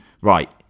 right